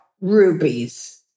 Rubies